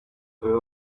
her